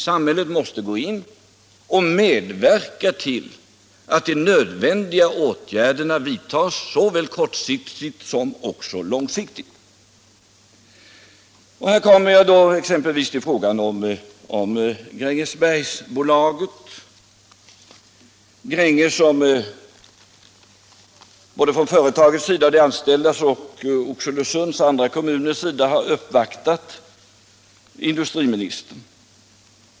Samhället måste gå in och medverka till att de nödvändiga åtgärderna vidtas, såväl kortsiktigt som långsiktigt. Här kommer jag då exempelvis till frågan om Grängesbergsbolaget, där man både från företagsledningens och de anställdas sida och från Oxelösunds kommuns och andra kommuners sida uppvaktat industriministern.